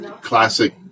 classic